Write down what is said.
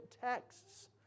texts